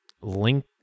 link